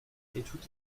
hatred